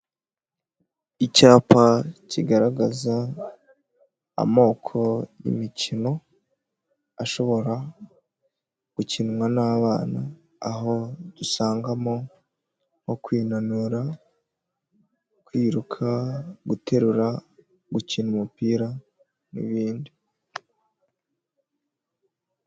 Icyapa kigaragaza amoko y'imikino ashobora gukinwa n'abana, aho dusangamo nko kwinanura, kwiruka, guterura, gukina umupira n'ibindi.